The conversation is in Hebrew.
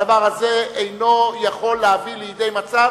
הדבר הזה אינו יכול להביא לידי מצב